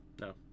no